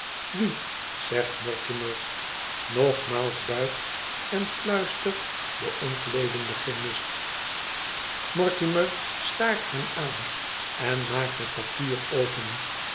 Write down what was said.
e zegt mortimer nogmaals buigt en fluistert de ontledende chemist mortimer staart hem aan en maakt het papier open